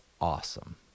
awesome